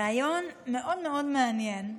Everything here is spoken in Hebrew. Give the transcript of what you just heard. ריאיון מאוד מאוד מעניין,